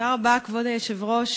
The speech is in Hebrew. כבוד היושב-ראש,